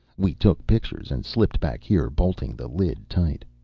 we took pictures and slipped back here, bolting the lid tight.